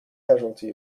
casualty